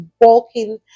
walking